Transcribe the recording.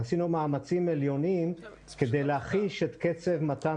ועשינו מאמצים עליונים כדי להחיש את קצב מתן